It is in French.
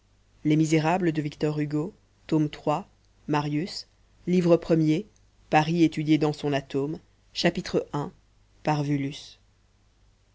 livre premier paris étudié dans son atome chapitre i